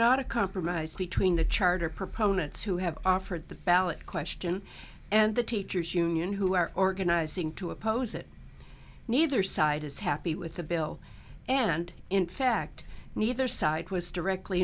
not a compromise between the charter proponents who have offered the ballot question and the teachers union who are organizing to oppose it neither side is happy with the bill and in fact neither side was directly